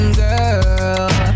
girl